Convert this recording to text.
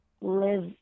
live